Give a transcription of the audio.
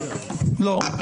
11:00) לא,